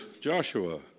Joshua